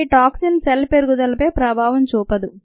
ఈ toxin cell పెరుగుదలపై ప్రభావం చూపదు